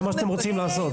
זה מה שאתם רוצים לעשות.